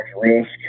risk